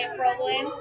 problem